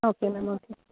okay ma'am okay